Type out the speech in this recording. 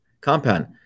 compound